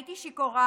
הייתי שיכורה,